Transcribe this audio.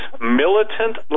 militant